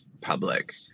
public